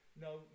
no